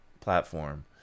platform